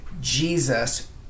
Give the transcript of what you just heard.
Jesus